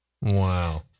Wow